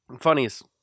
funniest